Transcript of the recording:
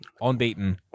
unbeaten